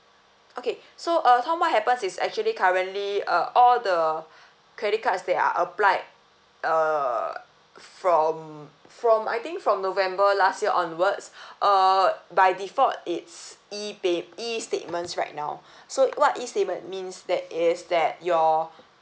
okay so uh tom what happens is actually currently uh all the credit cards they are applied uh from from I think from november last year onwards uh by default it's E pay~ E statements right now so what E statement means~ that is that your